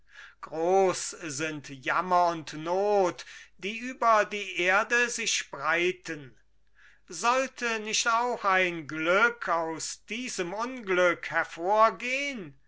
groß sind jammer und not die über die erde sich breiten sollte nicht auch ein glück aus diesem unglück hervorgehn